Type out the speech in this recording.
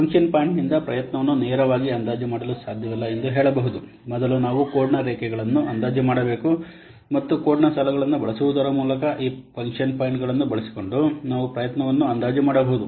function ಪಾಯಿಂಟ್ನಿಂದ ಪ್ರಯತ್ನವನ್ನು ನೇರವಾಗಿ ಅಂದಾಜು ಮಾಡಲು ಸಾಧ್ಯವಿಲ್ಲ ಎಂದು ಹೇಳಬಹುದು ಮೊದಲು ನಾವು ಕೋಡ್ನ ರೇಖೆಗಳನ್ನು ಅಂದಾಜು ಮಾಡಬೇಕು ಮತ್ತು ಕೋಡ್ನ ಸಾಲುಗಳನ್ನು ಬಳಸುವುದರ ಮೂಲಕ ಈ ಪಾಯಿಂಟ್ಗಳನ್ನು ಬಳಸಿಕೊಂಡು ನಾವು ಪ್ರಯತ್ನವನ್ನು ಅಂದಾಜು ಮಾಡಬಹುದು